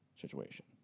situation